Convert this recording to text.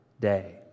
day